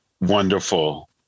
wonderful